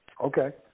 Okay